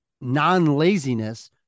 non-laziness